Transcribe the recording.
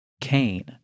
Cain